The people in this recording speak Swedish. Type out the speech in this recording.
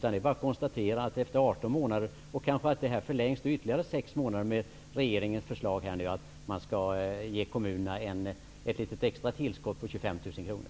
Detta kommer kanske att förlängas med ytterligare sex månader genom regeringens förslag att man skall ge kommunerna ett litet extra tillskott på 25 000 kronor.